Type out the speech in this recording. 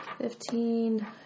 Fifteen